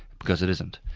because it isn't.